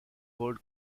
paul